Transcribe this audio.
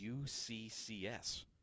UCCS